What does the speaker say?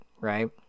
right